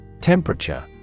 Temperature